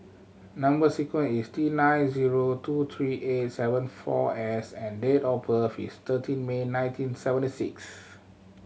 number sequence is T nine zero two three eight seven four S and date of birth is thirteen May nineteen seventy six